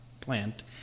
plant